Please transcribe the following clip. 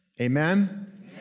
Amen